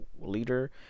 leader